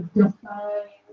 define